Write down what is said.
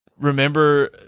remember